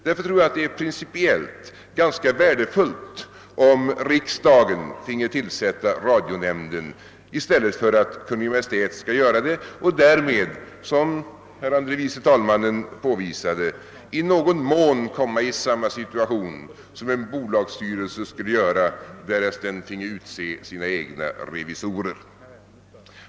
Därför tror jag att det vore principiellt ganska värdefullt om riksdagen finge tillsätta radionämnden, i stället för att Kungl. Maj:t skall göra det, och därmed, som herr andre vice talmannen Cassel påvisade, i någon mån komma i samma situation som en bolagsstyrelse därest denna finge utse sina egna revisorer.